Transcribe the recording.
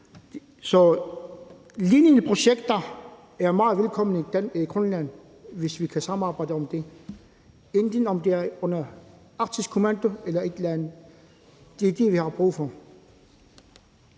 Så lignende projekter er meget velkomne i Grønland, hvis vi kan samarbejde om det, hvad enten det er under Arktisk Kommando eller noget andet. Det er det, vi har brug for.